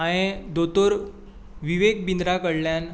हांये दोतोर विवेक बिंद्रा कडल्यान